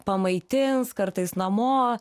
pamaitins kartais namo